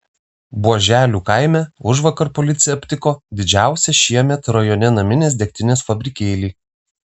buoželių kaime užvakar policija aptiko didžiausią šiemet rajone naminės degtinės fabrikėlį